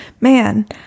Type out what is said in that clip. man